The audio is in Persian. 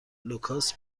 لوکاس